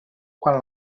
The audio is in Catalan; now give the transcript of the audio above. quan